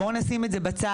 בוא נשים את זה בצד,